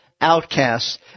outcasts